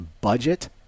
budget